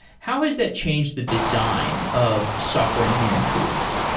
how has that changed the design of software engineering tools?